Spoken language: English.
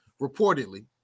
reportedly